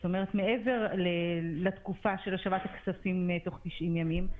זאת אומרת מעבר לתקופה של השבת הכספים תוך 90 ימים,